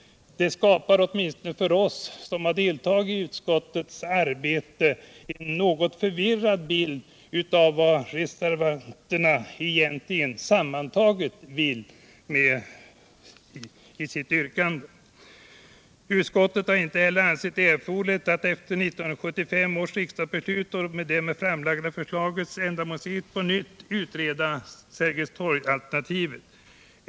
Det skapar åtminstone för oss som har deltagit i utskottets arbete en något förvirrad bild av vad reservanterna sammantaget egentligen vill med sitt yrkande. Utskottet har inte heller ansett det erforderligt att efter 1975 års riksdagsbeslut och med det framlagda förslagets ändamålsenlighet på nytt utreda Sergelstorgsalternativet.